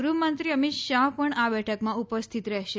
ગૃહમંત્રી અમિત શાહે પણ આ બેઠકમાં ઉપસ્થિત રહેશે